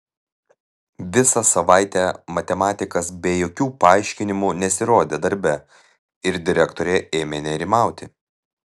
visą savaitę matematikas be jokių paaiškinimų nesirodė darbe ir direktorė ėmė nerimauti